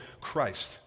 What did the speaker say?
Christ